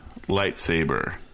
lightsaber